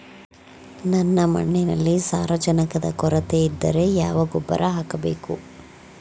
ನನ್ನ ಮಣ್ಣಿನಲ್ಲಿ ಸಾರಜನಕದ ಕೊರತೆ ಇದ್ದರೆ ಯಾವ ಗೊಬ್ಬರ ಹಾಕಬೇಕು?